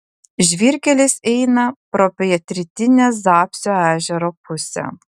žvyrkelis eina pro pietrytinę zapsio ežero pusę